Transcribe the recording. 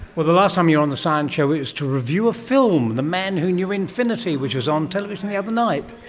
well, the last time you were on the science show it was to review a film, the man who knew infinity, which was on television the other night.